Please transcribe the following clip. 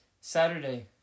Saturday